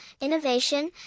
innovation